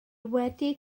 wedi